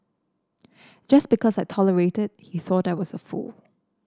just because I tolerated he thought I was a fool